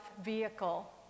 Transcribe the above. vehicle